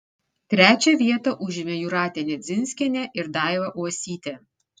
trečią vietą užėmė jūratė nedzinskienė ir daiva uosytė